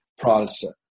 Protestant